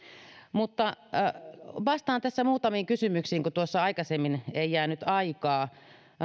vastaan tässä muutamiin kysymyksiin kun tuossa aikaisemmin ei jäänyt aikaa